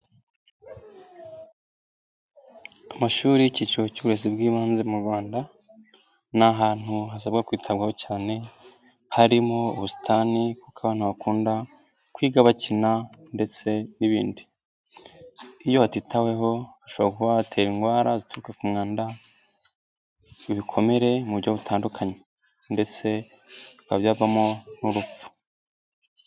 Amashuri y'icyiro cy'uburezi bw'ibanze mu rwanda, ni ahantutu hasabwa kwitabwaho cyane, harimo ubusitani kuko abantu bakunda kwiga bakina ndetse n'ibindi, iyo hatitaweho hashobora gutera indwara zituruka ku mwanda, ibikomere mu buryo butandukanye, ndetse bikaba byavamo n'urupfu.